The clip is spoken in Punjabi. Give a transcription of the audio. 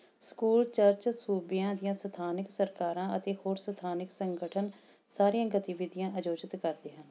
ਸਕੂਲ ਚਰਚ ਸੂਬਿਆਂ ਦੀਆਂ ਸਥਾਨਕ ਸਰਕਾਰਾਂ ਅਤੇ ਹੋਰ ਸਥਾਨਕ ਸੰਗਠਨ ਸਾਰੀਆਂ ਗਤੀਵਿਧੀਆਂ ਅਯੋਜਿਤ ਕਰਦੇ ਹਨ